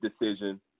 decision